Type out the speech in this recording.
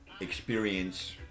experience